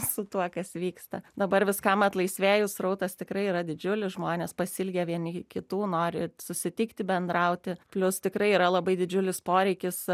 su tuo kas vyksta dabar viską atlaisvėjus srautas tikrai yra didžiulis žmonės pasiilgę vieni kitų nori susitikti bendrauti plius tikrai yra labai didžiulis poreikis